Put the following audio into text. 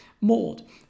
mold